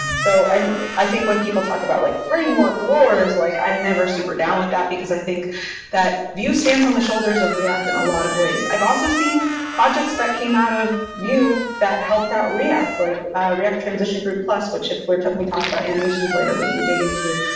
so i think when people talk about like framework wars, like i'm never super down with that because i think that vue stands on the shoulders of react in a lot of ways. i've also seen projects that came out of vue that helped out react. like ah react transition group plus, which if we we talk about animations later, we can dig into.